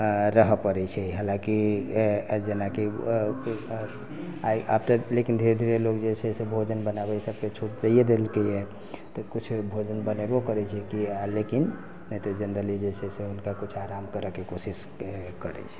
रहै पड़ैत छै जेनाकि आइ आब तऽ लोक धीरे धीरे जे छै भोजन बनाबे सबके छूट दै देलकैया तऽ किछु भोजन बनेबो करैत छै कि लेकिन नहि तऽ जेनरली जे छै से हुनका किछु आराम करैके कोशिश करैत छै